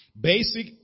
Basic